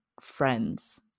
friends